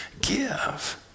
give